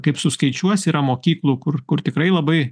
kaip suskaičiuosi yra mokyklų kur kur tikrai labai